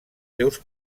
seus